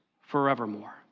forevermore